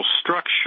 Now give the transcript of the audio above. structure